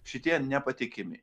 šitie nepatikimi